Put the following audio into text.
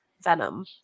venom